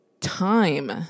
time